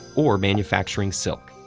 or manufacturing silk.